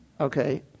okay